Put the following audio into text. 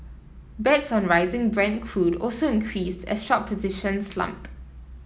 bets on rising Brent crude also increased as short positions slumped